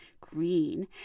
Green